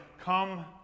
come